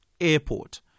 airport